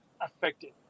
affected